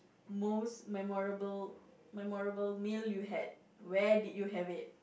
most memorable memorable meal you had where did you have it